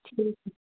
ٹھیٖک